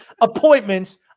appointments